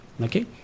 okay